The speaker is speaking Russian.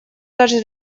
даже